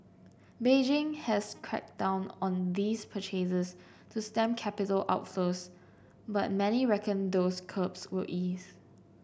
Beijing has cracked down on these purchases to stem capital outflows but many reckon those curbs will ease